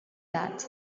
that